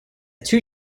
two